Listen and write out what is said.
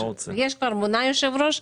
כבר מונה יושב-ראש.